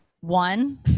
one